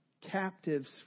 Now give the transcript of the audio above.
captives